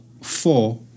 four